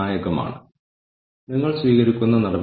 ആളുകളുടെ കാഴ്ചപ്പാട്